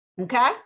Okay